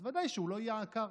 אז ודאי שהוא לא יהיה עקר.